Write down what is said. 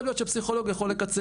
יכול להיות שפסיכולוג יכול לקצר.